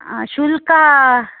शुल्का